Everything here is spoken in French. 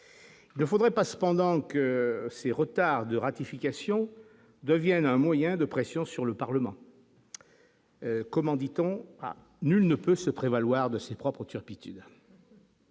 il ne faudrait pas cependant que ces retards de ratification devienne un moyen de pression sur le Parlement, comment dit-on, nul ne peut se prévaloir de ses propres turpitudes.